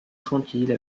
tranquille